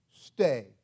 stay